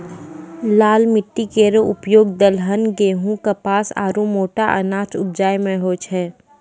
लाल माटी केरो उपयोग दलहन, गेंहू, कपास आरु मोटा अनाज उपजाय म होय छै